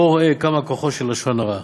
בוא וראה כמה כוחו של לשון הרע